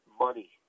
money